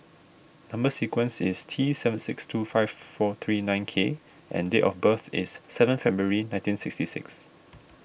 Number Sequence is T seven six two five four three nine K and date of birth is seven February nineteen sixty six